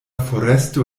foresto